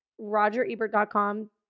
RogerEbert.com